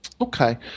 Okay